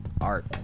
art